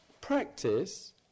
practice